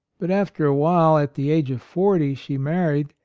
but after a while, at the age of forty, she married,